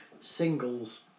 Singles